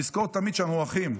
לזכור תמיד שאנחנו אחים.